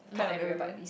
kind of everywhere